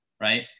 right